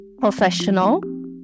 professional